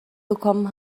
bekommen